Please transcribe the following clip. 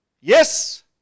yes